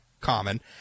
common